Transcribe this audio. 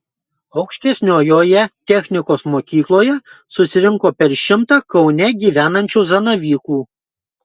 aukštesniojoje technikos mokykloje susirinko per šimtą kaune gyvenančių zanavykų